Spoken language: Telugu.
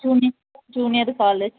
జూని జూనియర్ కాలేజ్